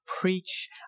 preach